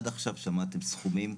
עד עכשיו שמעתם סכומים?